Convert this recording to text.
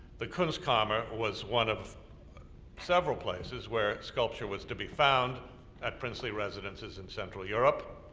the kunstkammer was one of several places where sculpture was to be found at princely residences in central europe,